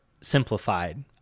simplified